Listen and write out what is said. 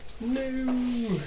No